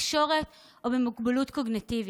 בתקשורת או במוגבלויות קוגניטיביות.